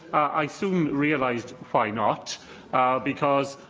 i soon realised why not because,